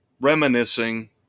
reminiscing